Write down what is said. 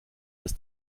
dass